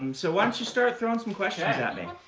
so why don't you start throwing some questions at me?